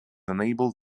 unable